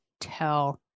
tell